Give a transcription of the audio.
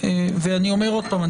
ואני אומר עוד פעם,